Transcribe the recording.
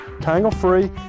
tangle-free